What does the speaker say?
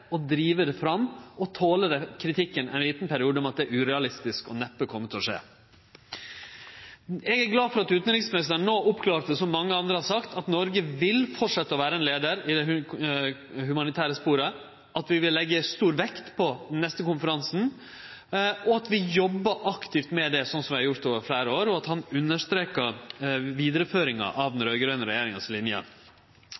og drive det fram og tole kritikken ein liten periode om at det er urealistisk og neppe kjem til å skje. Eg er glad for at utanriksministeren no klargjorde det som mange andre har sagt om at Noreg vil fortsetje å vere ein leiar i det humanitære sporet, at vi vil leggje stor vekt på det på den neste konferansen, og at vi jobbar aktivt med det – slik som vi har gjort over fleire år – og at han understreka vidareføringa av den